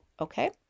okay